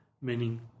meaning